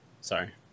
sorry